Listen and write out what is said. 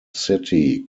city